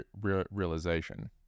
realization